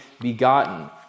begotten